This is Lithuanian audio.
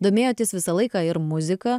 domėjotės visą laiką ir muzika